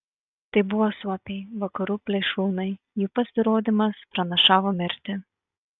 tai buvo suopiai vakarų plėšrūnai jų pasirodymas pranašavo mirtį